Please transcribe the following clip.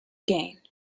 gain